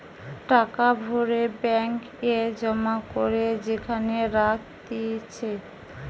টাকা ভরে ব্যাঙ্ক এ জমা করে যেখানে রাখতিছে